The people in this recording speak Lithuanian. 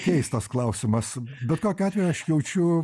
keistas klausimas bet kokiu atveju aš jaučiu